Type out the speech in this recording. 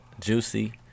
Juicy